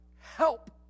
Help